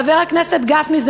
חבר הכנסת גפני,